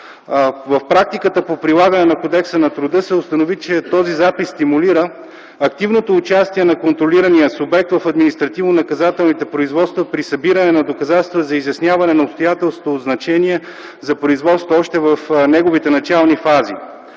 В практиката по прилагане на Кодекса на труда се установи, че този запис стимулира активното участие на контролирания субект в административно-наказателните производства при събиране на доказателства за изясняване на обстоятелства от значение за производството още в неговите начални фази.